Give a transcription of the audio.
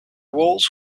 walls